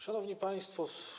Szanowni Państwo!